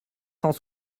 cent